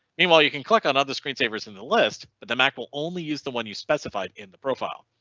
meanwhile, you can click on other screen savers in the list. but the mac will only use the one you specified in the profile.